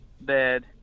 bed